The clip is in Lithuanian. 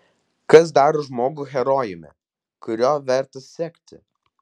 kas daro žmogų herojumi kuriuo verta sekti